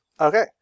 Okay